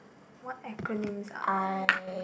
what acronyms are there